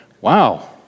wow